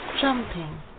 jumping